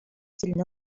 тилине